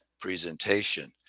presentation